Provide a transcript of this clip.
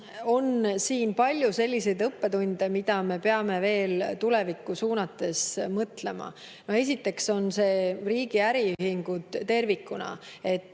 on siin palju selliseid õppetunde, mida me peame veel tulevikku suunates läbi mõtlema. Esiteks on riigi äriühingud tervikuna,